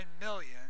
million